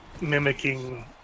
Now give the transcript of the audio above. mimicking